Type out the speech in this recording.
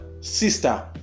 sister